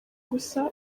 gusa